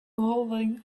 holding